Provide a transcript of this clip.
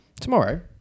Tomorrow